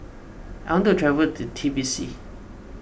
I want to travel to Tbilisi